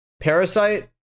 Parasite